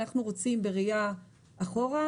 אנחנו רוצים בראייה אחורה,